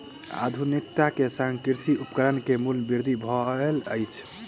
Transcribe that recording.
आधुनिकता के संग कृषि उपकरण के मूल्य वृद्धि भेल अछि